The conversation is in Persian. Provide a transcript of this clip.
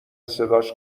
صداش